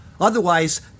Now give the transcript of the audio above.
otherwise